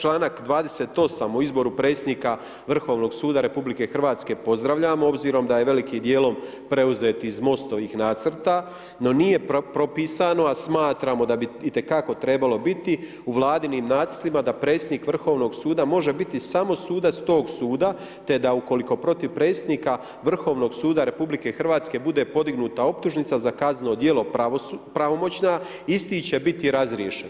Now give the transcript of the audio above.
Članak 28. o izboru predsjednika Vrhovnog suda RH pozdravljam, obzirom da je velikim dijelom preuzet iz Mostovih nacrta, no nije propisano, a smatramo da bi itekako trebalo biti u Vladinim nacrtima da predsjednik Vrhovnog suda, može biti samo sudac tog suda, te da ukoliko protiv predsjednika Vrhovnog suda RH bude podignuta optužnica za kazneno djelo pravomoćna, isti će biti razriješen.